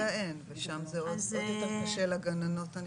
אני חושבת שזה עוד יותר קשה לגננות.